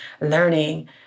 learning